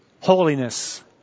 Holiness